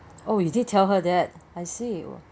oh you did tell her that I see